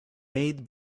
made